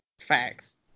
Facts